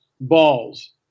balls